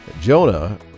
Jonah